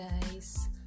guys